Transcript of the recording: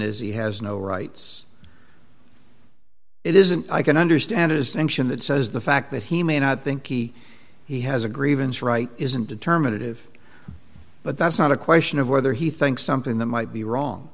is he has no rights it isn't i can understand it is tension that says the fact that he may not think he he has a grievance right isn't determinative but that's not a question of whether he thinks something that might be wrong